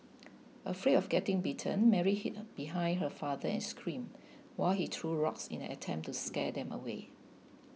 afraid of getting bitten Mary hid behind her father and screamed while he threw rocks in an attempt to scare them away